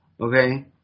Okay